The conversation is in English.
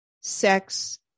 sex